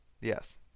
Yes